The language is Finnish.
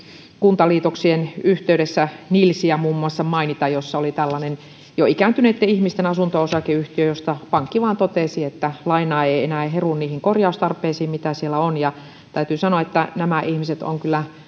kuntaliitoksien yhteydessä mainita muun muassa nilsiä jossa oli tällainen jo ikääntyneitten ihmisten asunto osakeyhtiö josta pankki vain totesi että lainaa ei ei enää heru niihin korjaustarpeisiin mitä siellä on täytyy sanoa että nämä ihmiset ovat kyllä